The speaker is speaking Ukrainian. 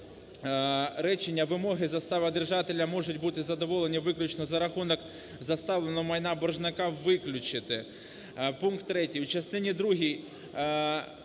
речення: "Вимоги заставодержателя можуть бути задоволені виключно за рахунок заставленого майна боржника" виключити.